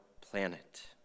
planet